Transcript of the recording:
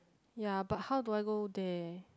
ya but how do I go there